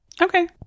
okay